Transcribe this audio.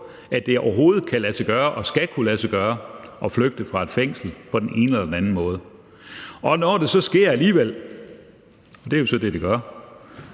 at det overhovedet kan lade sig gøre at flygte fra et fængsel på den ene eller den anden måde. Når det så sker alligevel – og det er jo så det, det gør